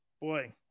Boy